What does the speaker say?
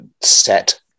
Set